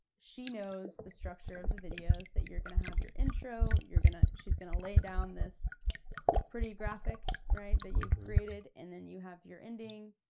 she knows the structure of the videos that you're gonna have your intro, you're gonna, she's gonna lay down this pretty graphic that you've created, and then you have your ending,